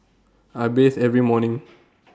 I bathe every morning